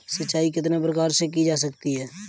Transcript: सिंचाई कितने प्रकार से की जा सकती है?